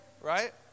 right